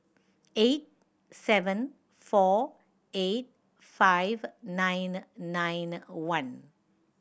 eight seven four eight five nine nine one